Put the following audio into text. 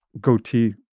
goatee